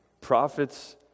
Prophets